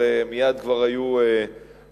הרי מייד כבר היו מוצאים.